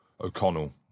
O'Connell